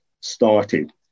started